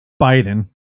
Biden